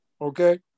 okay